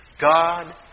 God